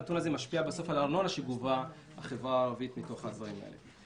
הנתון הזה משפיע בסוף על הארנונה שגובה החברה הערבית מתוך הדברים האלה.